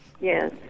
Yes